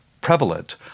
prevalent